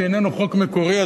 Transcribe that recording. שאיננו חוק מקורי,